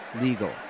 legal